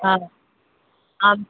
हँ अब